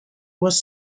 was